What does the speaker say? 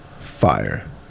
Fire